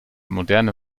moderne